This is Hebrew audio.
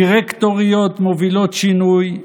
דירקטוריות מובילות שינוי,